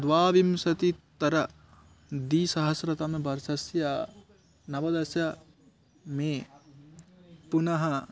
द्वाविंशत्युत्तर द्विसहस्रतमवर्षस्य नवदश मे पुनः